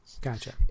Gotcha